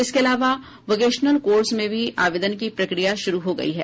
इसके अलावा vocational course में भी आवदेन की प्रक्रिया शुरू हो गयी है